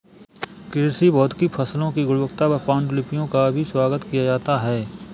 कृषि भौतिकी फसलों की गुणवत्ता पर पाण्डुलिपियों का भी स्वागत किया जाता है